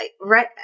right